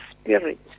spirit